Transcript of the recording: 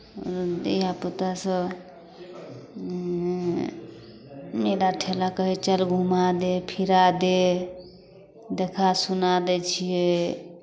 धियापुतासभ मेला ठेला कहै चल घुमा दे फिरा दे देखा सुना दै छियै